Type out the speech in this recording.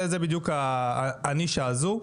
זה בדיוק הנישה הזו.